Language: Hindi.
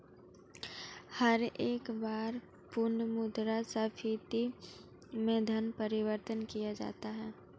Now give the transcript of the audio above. हर एक बार पुनः मुद्रा स्फीती में धन परिवर्तन किया जाता है